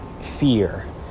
fear